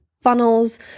funnels